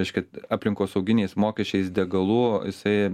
reiškia aplinkosauginiais mokesčiais degalų jisai